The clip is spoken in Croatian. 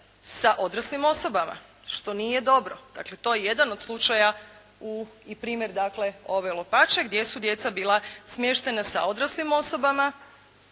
sa odraslim osobama, što nije dobro. Dakle, to je jedan od slučaja i primjer dakle ove "Lopače" gdje su djeca bila smještena sa odraslim osobama,